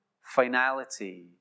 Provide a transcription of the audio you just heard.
finality